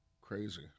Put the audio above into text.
Crazy